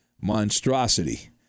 monstrosity